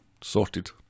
Sorted